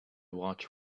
watch